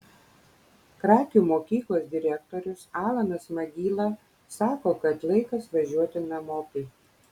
krakių mokyklos direktorius alanas magyla sako kad laikas važiuot namopi